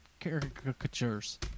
caricatures